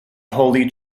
holy